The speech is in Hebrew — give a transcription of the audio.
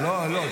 לא, לא.